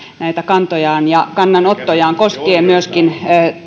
näitä kantojaan ja kannanottojaan koskien myöskin